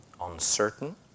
uncertain